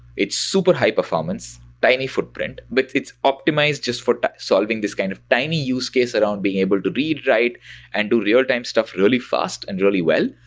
it's super high-performance, tiny footprint, but it's optimized just for solving this kind of tiny use case around being able to read, write and do real-time stuff really fast and really well.